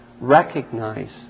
recognize